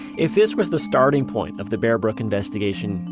if this was the starting point of the bear brook investigation,